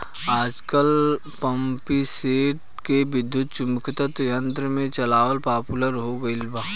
आजकल पम्पींगसेट के विद्युत्चुम्बकत्व यंत्र से चलावल पॉपुलर हो गईल बा